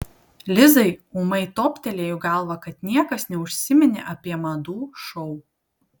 lizai ūmai toptelėjo į galvą kad niekas neužsiminė apie madų šou